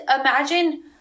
imagine